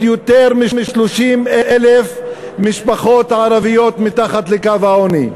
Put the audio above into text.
יותר מ-30,000 משפחות ערביות מתחת לקו העוני,